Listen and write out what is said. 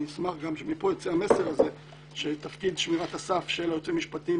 אני אשמח שמפה יצא המסר הזה שתפקיד שמירת הסף של היועצים המשפטיים,